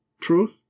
Truth